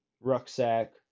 rucksack